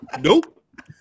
Nope